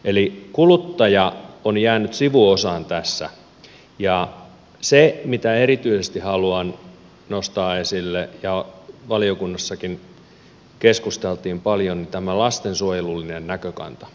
eli kuluttaja on jäänyt sivuosaan tässä ja se mitä erityisesti haluan nostaa esille ja mistä valiokunnassakin keskusteltiin paljon on tämä lastensuojelullinen näkökanta